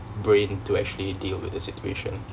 brain to actually deal with the situation